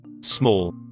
small